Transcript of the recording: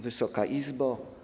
Wysoka Izbo!